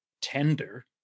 tender